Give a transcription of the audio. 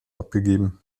abgegeben